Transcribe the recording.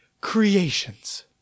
creations